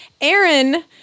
Aaron